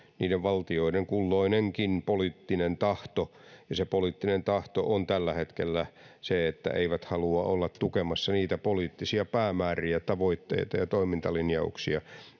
niiden valtioiden kulloinenkin poliittinen tahto ja se poliittinen tahto on tällä hetkellä se että he eivät halua olla tukemassa niitä poliittisia päämääriä tavoitteita ja toimintalinjauksia